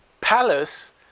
palace